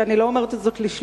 ואני לא אומרת את זאת לשלילה,